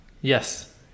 yes